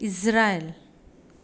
Israel